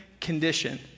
condition